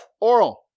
Oral